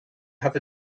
have